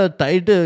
tight